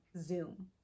Zoom